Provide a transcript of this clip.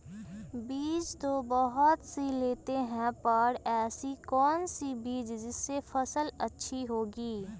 बीज तो बहुत सी लेते हैं पर ऐसी कौन सी बिज जिससे फसल अच्छी होगी?